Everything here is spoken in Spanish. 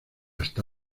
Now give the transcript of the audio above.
está